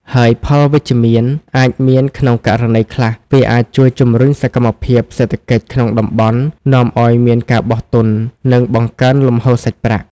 ហើយផលវិជ្ជមានអាចមាន ក្នុងករណីខ្លះ វាអាចជួយជំរុញសកម្មភាពសេដ្ឋកិច្ចក្នុងតំបន់ នាំឲ្យមានការបោះទុន និងបង្កើនលំហូរសាច់ប្រាក់។